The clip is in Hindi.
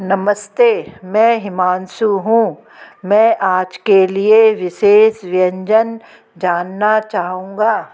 नमस्ते मैं हिमांशु हूँ मैं आज के लिए विशेष व्यंजन जानना चाहूँगा